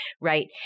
right